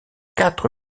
quatre